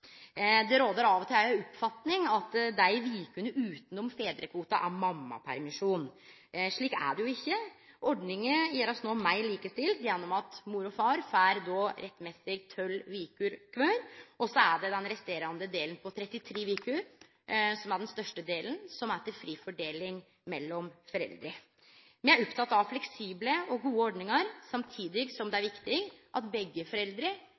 Det råder av og til ei oppfatning av at vekene utanom fedrekvoten er mammapermisjon. Slik er det jo ikkje. Ordninga blir no gjord meir likestilt gjennom at mor og far rettmessig får tolv veker kvar. Så er det den resterande delen på 33 veker, som er den største delen, som er til fri fordeling mellom foreldra. Me er opptekne av fleksible og gode ordningar, samtidig som det er viktig at begge